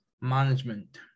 management